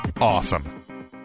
awesome